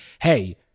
hey